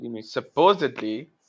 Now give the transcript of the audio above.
Supposedly